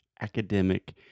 academic